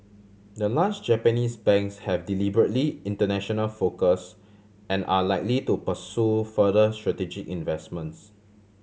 the large Japanese banks have deliberately international focus and are likely to pursue further strategic investments